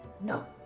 No